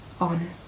on